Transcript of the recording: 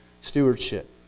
stewardship